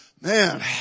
man